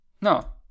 No